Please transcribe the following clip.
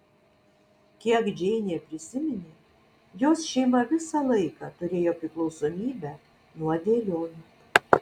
kiek džeinė prisiminė jos šeima visą laiką turėjo priklausomybę nuo dėlionių